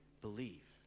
believe